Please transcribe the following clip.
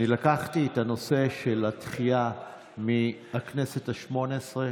אני לקחתי את הנושא של הדחייה מהכנסת השמונה-עשרה,